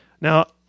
Now